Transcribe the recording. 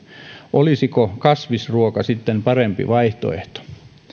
olisiko kasvisruoka sitten parempi vaihtoehto